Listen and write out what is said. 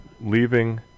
Leaving